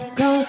go